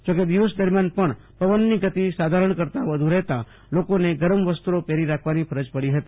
જો કે દિવસ દરમિથાન પણ પવનની ગતિ સાધારણ કરતા વધુ રહેતા લોકોને ગરમ વસ્ત્રો પહેરી રાખવાની ફરજ પડી હતી